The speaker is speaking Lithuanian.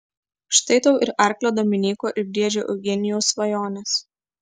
štai tau ir arklio dominyko ir briedžio eugenijaus svajonės